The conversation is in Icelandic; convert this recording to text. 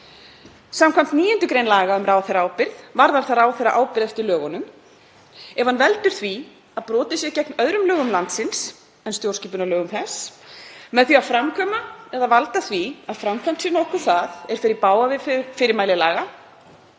Samkvæmt 9. gr. laga um ráðherraábyrgð varðar það ráðherra ábyrgð eftir lögunum ef hann veldur því að brotið sé gegn öðrum lögum landsins en stjórnskipunarlögum þess með því að framkvæma eða valda því að framkvæmt sé nokkuð það er fer í bága við fyrirmæli